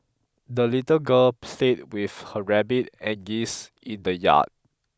the little girl played with her rabbit and geese in the yard